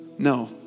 No